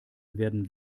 werden